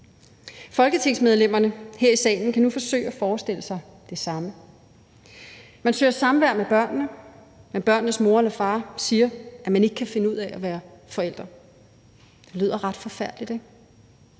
Folketingsmedlemmerne her i salen kan nu forsøge at forestille sig det samme. Man søger samvær med børnene, men børnenes mor eller far siger, at man ikke kan finde ud af at være forælder. Det lyder ret forfærdeligt, ikke?